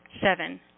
Seven